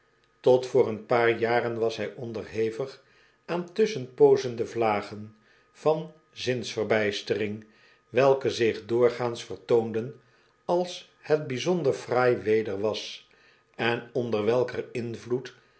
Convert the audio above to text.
tot voor een paar jaren was hij onderhevig aan tusschenpoozende vlageii van zinsverbijstering welke zich doorgaans vertoonden als het byzonder fraaiweder was en onder welker invloed